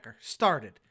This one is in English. Started